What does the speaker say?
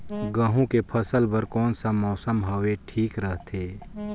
गहूं के फसल बर कौन सा मौसम हवे ठीक रथे?